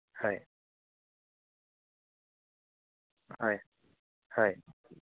হয় হয় হয়